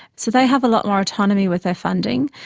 so they have a lot more autonomy with their funding.